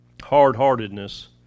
Hard-heartedness